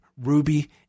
Ruby